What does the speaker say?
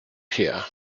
here